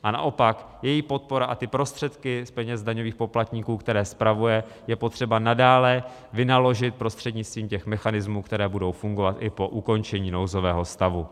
A naopak její podpora a prostředky z peněz daňových poplatníků, které spravuje, je potřeba nadále vynaložit prostřednictvím mechanismů, které budou fungovat i po ukončení nouzového stavu.